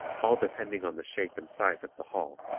all depending on the shape and size of the hall.